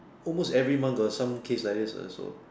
almost every month got some case like this lah so